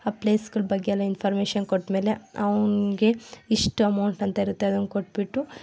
ಆ ಪ್ಲೇಸ್ಗಳ ಬಗ್ಗೆ ಎಲ್ಲ ಇನ್ಫಾರ್ಮೇಶನ್ ಕೊಟ್ಮೇಲೆ ಅವನಿಗೆ ಇಷ್ಟು ಅಮೌಂಟ್ ಅಂತ ಇರುತ್ತೆ ಅದನ್ನ ಕೊಟ್ಬಿಟ್ಟು